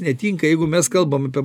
netinka jeigu mes kalbam apie